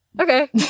Okay